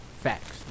facts